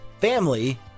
family